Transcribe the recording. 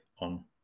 on